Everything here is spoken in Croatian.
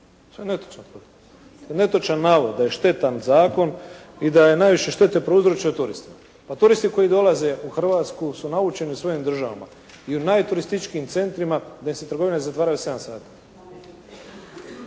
To je netočan navod da je štetan zakon i da je najviše štete prouzročio turistima. Pa turisti koji dolaze u Hrvatsku su naučeni u svojim državama i u najturističkijim centrima da im se trgovine zatvaraju u 7 sati.